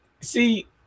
see